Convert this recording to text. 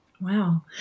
Wow